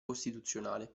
costituzionale